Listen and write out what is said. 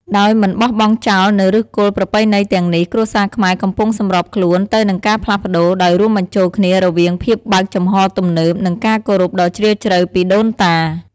ដោយមិនបោះបង់ចោលនូវឫសគល់ប្រពៃណីទាំងនេះ គ្រួសារខ្មែរកំពុងសម្របខ្លួនទៅនឹងការផ្លាស់ប្តូរ ដោយរួមបញ្ចូលគ្នារវាងភាពបើកចំហរទំនើប និងការគោរពដ៏ជ្រាលជ្រៅពីដូនតា។